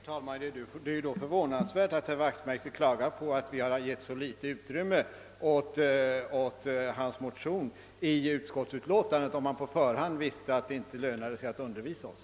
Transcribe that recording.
Herr talman! Det är förvånansvärt att herr Wachtmeister klagar över att vi i utskottsutlåtandet gett så litet utrymme åt hans motion, om han på förhand visste att det inte lönade sig att undervisa oss.